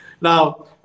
Now